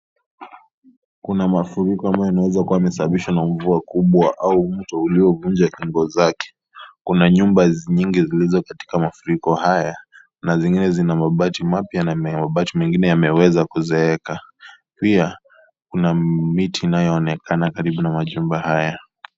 Kuna mafuriko ambao yanaweza kuwa yameweza kusababishwa na mvuo kubwa au mto ulio vinja Kingo zake. Kuna nyumba nyingi zilizo katika mafuriko haya. Nazingine ziko na mabati mapya na mabati mengine yameweza kuzeeka. Pia Kuna miti ambayo yameweza kuonekana karibu na majumba haya.